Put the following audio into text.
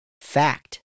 fact